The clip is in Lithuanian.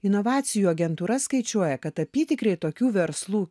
inovacijų agentūra skaičiuoja kad apytikriai tokių verslų